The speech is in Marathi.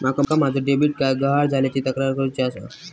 माका माझो डेबिट कार्ड गहाळ झाल्याची तक्रार करुची आसा